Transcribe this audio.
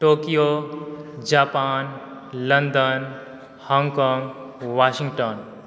Tokyo Japan London Hong Kong Washington